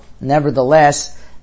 nevertheless